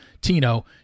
Tino